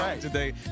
today